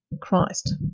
Christ